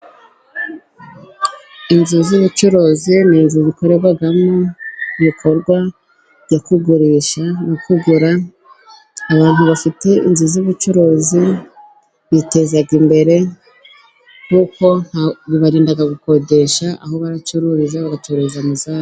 Inzu z'ubucuruzi, n'inzu zikorerwamo ibikorwa byo kugurisha no kugura, abantu bafite inzu z'ubucuruzi biteza imbere, kuko bibarinda gukodesha aho baracururiza bagacururiza mu nzu zabo.